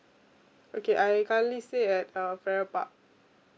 okay I currently stay at uh farrer park